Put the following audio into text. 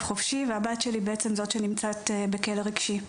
חופשי והבת שלי היא זאת שבעצם נמצאת בכלא רגשי.